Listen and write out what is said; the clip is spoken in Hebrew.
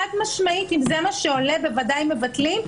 חד-משמעית אם זה מה שעולה, בוודאי מבטלים.